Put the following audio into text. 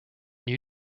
new